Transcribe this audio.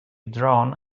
drawn